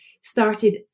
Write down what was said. Started